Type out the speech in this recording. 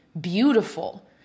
beautiful